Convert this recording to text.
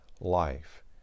life